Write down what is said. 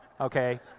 okay